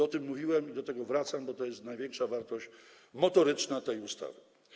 O tym mówiłem i do tego wracam, bo to jest największa wartość motoryczna tej ustawy.